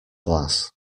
glass